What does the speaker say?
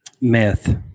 Myth